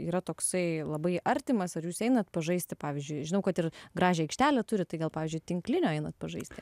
yra toksai labai artimas ar jūs einat pažaisti pavyzdžiui žinau kad ir gražią aikštelę turit tai gal pavyzdžiui tinklinio einat pažaisti